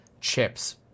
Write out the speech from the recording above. chips